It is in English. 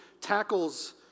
tackles